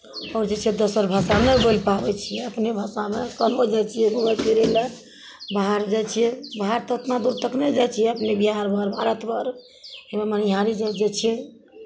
आओर जे छै दोसर भाषा नहि बोलि पाबै छियै अपने भाषामे केन्नो जाइ छियै घूमय फिरय लेल बाहर जाइ छियै बाहर तऽ उतना दूर तक नहि जाइ छियै अपने बिहार भरिमे मनिहारी जे जाइ छियै